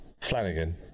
Flanagan